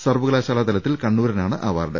സർവകലാശാല തലത്തിൽ കണ്ണൂരിനാണ് അവാർഡ്